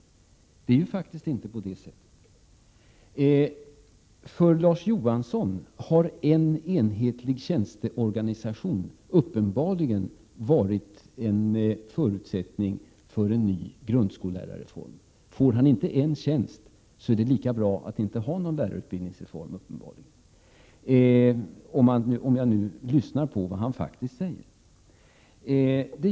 Det är ju inte så. För Larz Johansson har en enhetlig tjänsteorganisation uppenbarligen varit en förutsättning för en ny grundskollärarreform. Får han inte en tjänst, är det lika bra att inte ha någon lärarutbildningsreform — om jag lyssnar på vad han faktiskt säger.